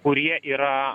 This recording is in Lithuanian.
kurie yra